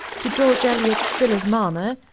to george eliot's silas marner,